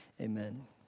amen